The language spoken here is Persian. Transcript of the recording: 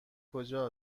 کجا